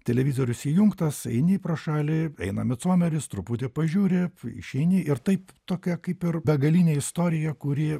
televizorius įjungtas eini pro šalį eina micomeris truputį pažiūri išeini ir taip tokia kaip ir begalinė istorija kuri